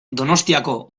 donostiako